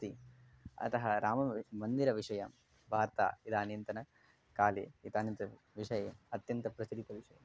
अस्ति अतः राममन्दिरविषयस्य वार्ता इदानींतनकाले इदानींतनविषये अत्यन्तं प्रचलितविषयः